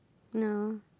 no